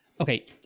Okay